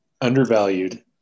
undervalued